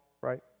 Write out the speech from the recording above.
right